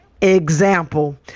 example